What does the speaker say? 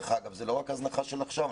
זה לא רק הזנחה של עכשיו.